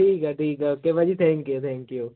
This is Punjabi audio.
ਠੀਕ ਹੈ ਠੀਕ ਹੈ ਓਕੇ ਭਾਅ ਜੀ ਥੈਂਕ ਯੂ ਥੈਂਕ ਯੂ